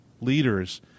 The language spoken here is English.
leaders